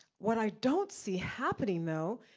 what i don't see happening though,